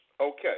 Okay